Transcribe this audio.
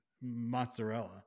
mozzarella